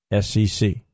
SEC